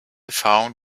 found